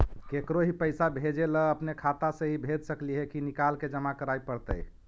केकरो ही पैसा भेजे ल अपने खाता से ही भेज सकली हे की निकाल के जमा कराए पड़तइ?